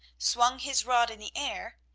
swung his rod in the air,